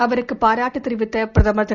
அவருக்கு பாராட்டு தெரிவித்த பிரதமர் திரு